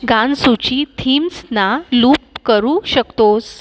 गानसूची थीम्सना लूप करू शकतोस